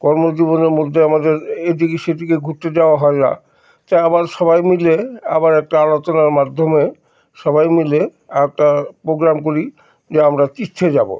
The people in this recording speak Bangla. কর্মজীবনের মধ্যে আমাদের এদিকে সেদিকে ঘুরতে যাওয়া হয় না তাই আবার সবাই মিলে আবার একটা আলোচনার মাধ্যমে সবাই মিলে একটা প্রোগ্রাম করি যে আমরা তীর্থে যাবো